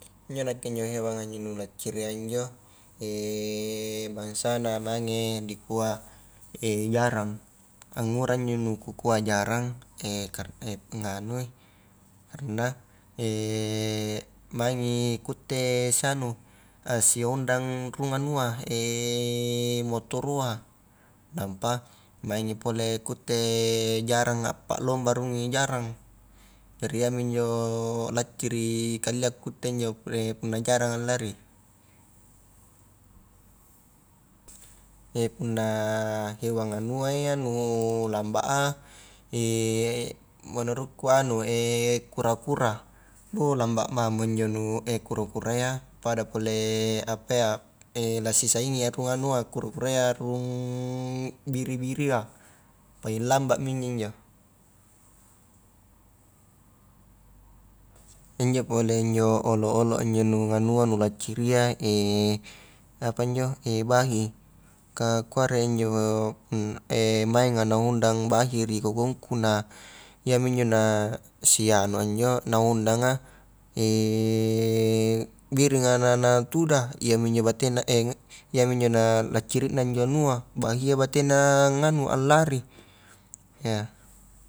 Injo nake injo hewanga injo nu lacciria injo bangsana mange dikua jarang, angura injo nu kukua jarang, kar nganui karna mangi kutte sanu siondang rung anua motoroa, nampa mangi pole kutte jarang appa lomba rurungi jarang, jari iyami injo lacciri kalia kuitte injo punna jaranga lari, punna hewang anua iya nu lamba a menurutku anu kura-kura bou lambat mamo nu injo kura-kura iya pada pole apayya la sisaingi ruang anua kura-kuraia rung i biri-biri a paling lamba mi injo-injo, injo pole injo olo-olo a injo anu nganua nu lacciria apa injo bahi ka kuare injo maenga naundang bahi ri kokongku na iyami injo na sianua injo naundanga biringa natuda, iyami injo batena iyami injo na laccirina injo bahia batena anganu a lari ya.